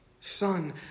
son